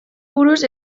buruz